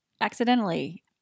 accidentally